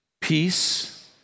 peace